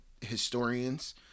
historians